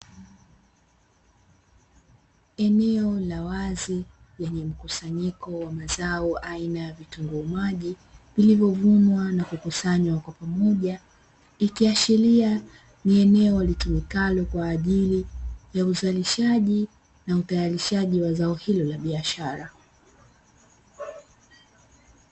Eneo la wazi lenye mkusanyiko wa mazao aina ya vitunguu maji, vilivyovunwa na kukusanywa kwa pamoja, ikiashiria kuwa ni eneo litumikalo kwa ajili ya uzalishaji na utayarishaji wa zao hilo la biashara.